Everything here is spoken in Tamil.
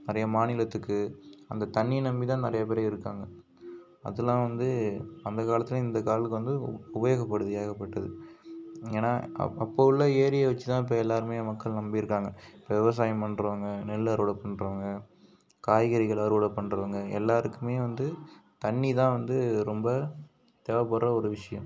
நிறையா மாநிலத்துக்கு அந்த தண்ணியை நம்பிதான் நிறைய பேர் இருக்காங்க அதெலாம் வந்து அந்த காலத்துலேயும் இந்த காலுக்கு வந்து உபயோகப்படுது ஏகப்பட்டது ஏன்னால் அப் அப்போ உள்ள ஏரியை வச்சுதான் இப்போ எல்லாேருமே மக்கள் நம்பி இருக்காங்க இப்போ விவசாயம் பண்ணுறவுங்க நெல் அறுவடை பண்ணுறவுங்க காய்கறிகளை அறுவடை பண்ணுறவுங்க எல்லாேருக்குமே வந்து தண்ணி தான் வந்து ரொம்ப தேவைபட்ற ஒரு விஷயம்